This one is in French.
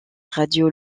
radio